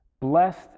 Blessed